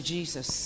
Jesus